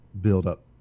build-up